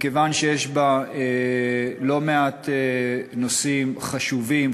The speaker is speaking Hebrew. מכיוון שיש בה לא מעט נושאים חשובים,